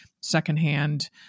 secondhand